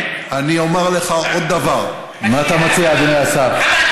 אני אומַר לך עוד דבר, מה אתה מציע, אדוני השר?